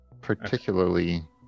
particularly